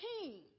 king